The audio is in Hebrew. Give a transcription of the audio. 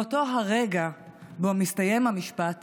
מאותו הרגע שבו מסתיים המשפט